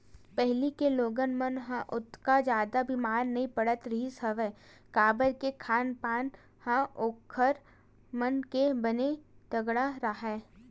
पहिली के लोगन मन ह ओतका जादा बेमारी नइ पड़त रिहिस हवय काबर के खान पान ह ओखर मन के बने तगड़ा राहय